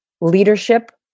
leadership